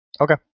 Okay